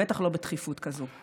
בטח לא בתכיפות כזאת.